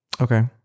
okay